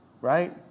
Right